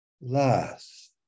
last